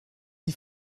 die